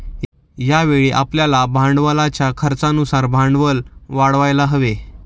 यावेळी आपल्याला भांडवलाच्या खर्चानुसार भांडवल वाढवायला हवे